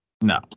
No